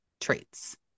traits